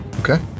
Okay